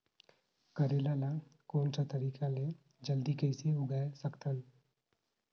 करेला ला कोन सा तरीका ले जल्दी कइसे उगाय सकथन?